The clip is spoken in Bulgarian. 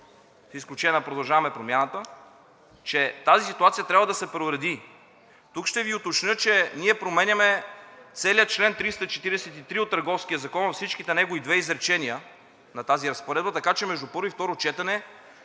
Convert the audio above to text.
с изключение на „Продължаваме Промяната“, че тази ситуация трябва да се преуреди. Тук ще Ви уточня, че ние променяме целия чл. 343 от Търговския закон във всичките негови две изречения на тази разпоредба, така че между първо и второ четене